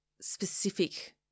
specific